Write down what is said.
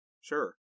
sure